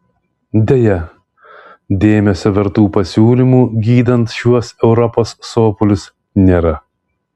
deja dėmesio vertų pasiūlymų gydant šiuos europos sopulius nėra